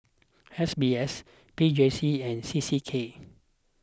S B S P J C and C C K